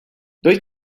dois